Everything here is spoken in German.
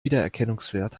wiedererkennungswert